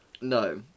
No